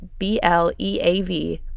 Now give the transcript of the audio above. BLEAV